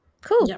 Cool